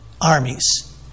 armies